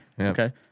Okay